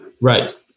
Right